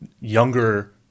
younger